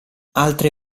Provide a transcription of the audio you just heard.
altre